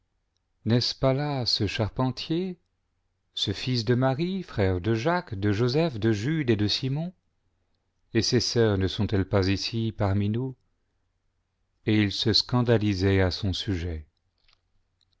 n'est-ce pas là ce charpentier ce fils de marie frère de jacques de joseph de jude et de simon et ses sœurs ne sont-elles pas ici parmi nous et ils se scandalisaient à son sujet